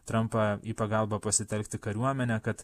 trampą į pagalbą pasitelkti kariuomenę kad